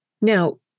Now